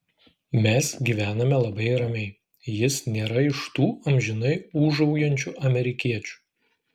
mes gyvename labai ramiai jis nėra iš tų amžinai ūžaujančių amerikiečių